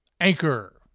Anchor